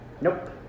Nope